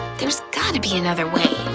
there's gotta be another way.